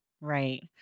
Right